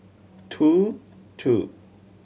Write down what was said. two two